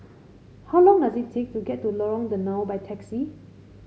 how long does it take to get to Lorong Danau by taxi